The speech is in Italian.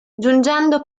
giungendo